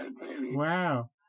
Wow